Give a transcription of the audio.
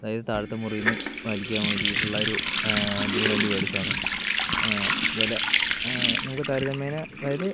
അതായത് താഴത്തെ മുറിയിൽ നിന്ന് വലിയ്ക്കാൻ വേണ്ടീട്ടുള്ള ഒരു ഇതിന് വേണ്ടി മേടിച്ചതാണ് വെല നമുക്ക് താരതമ്യേനെ അതായത്